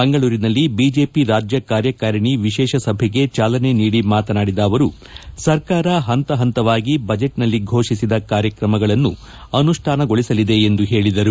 ಮಂಗಳೂರಿನಲ್ಲಿ ಬಿಜೆಪಿ ರಾಜ್ಯ ಕಾರ್ಯಕಾರಿಣಿ ವಿಶೇಷ ಸಭೆಗೆ ಜಾಲನೆ ನೀಡಿ ಮಾತನಾಡಿದ ಅವರು ಸರ್ಕಾರ ಪಂತ ಪಂತವಾಗಿ ಬಜೆಟ್ನಲ್ಲಿ ಘೋಷಿಸಿದ ಕಾರ್ಯಕ್ರಮಗಳನ್ನು ಅನುಷ್ಠಾನಗೊಳಿಸಲಿದೆ ಎಂದು ಹೇಳಿದರು